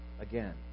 again